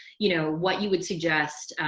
you know, what you would suggest,